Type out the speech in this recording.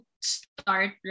start